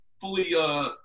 fully –